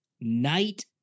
night